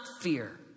fear